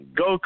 go